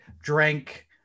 drank